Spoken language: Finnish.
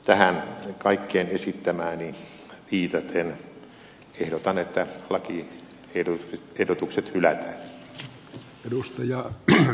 tähän kaikkeen esittämääni viitaten ehdotan että lakiehdotukset hylätään